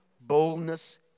boldness